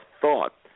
thought